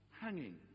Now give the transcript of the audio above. hanging